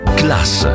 class